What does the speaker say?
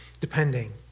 depending